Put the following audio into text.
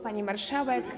Pani Marszałek!